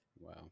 Wow